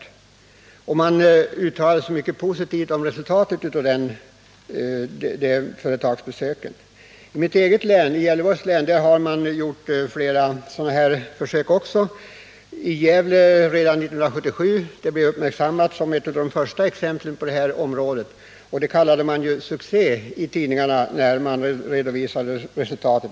Länsarbetsnämnden har uttalat sig mycket positivt om dessa företagsbesök. I mitt eget län, Gävleborgs, har också flera sådana besök gjorts. Redan 1977 blev Gävle kommun uppmärksammad som en av de kommuner som först gjorde insatser på det här området. När tidningarna redovisade resultatet av den verksamheten kallade man det för succé.